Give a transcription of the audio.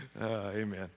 Amen